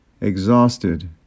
Exhausted